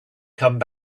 come